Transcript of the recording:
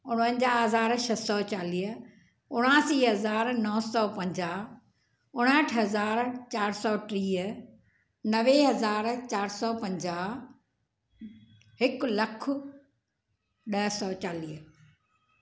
उणवंजाहु हज़ार छह सौ चालीह उणासी हज़ार नौ सौ पंजाहु उणहठि हज़ार चारि सौ टीह नवे हज़ार चारि सौ पंजाहु हिकु लखु ॾह सौ चालीह